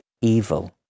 evil